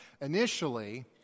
initially